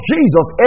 Jesus